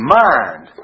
mind